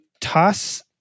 toss